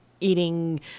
eating